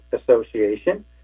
Association